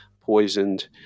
poisoned